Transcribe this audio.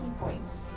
points